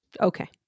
Okay